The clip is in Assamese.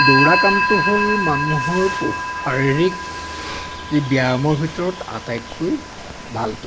দৌৰা কামটো হ'ল মানুহৰ শাৰীৰিক ই ব্যায়ামৰ ভিতৰত আটাইতকৈ ভালটো